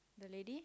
the lady